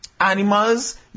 animals